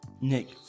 Nick